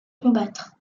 combattre